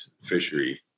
fishery